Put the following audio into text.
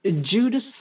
Judas